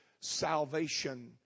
salvation